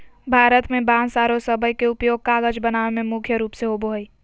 भारत में बांस आरो सबई के उपयोग कागज बनावे में मुख्य रूप से होबो हई